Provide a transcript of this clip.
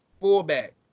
Fullback